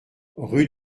rue